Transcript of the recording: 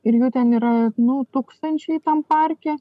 ir jų ten yra nu tūkstančiai tam parke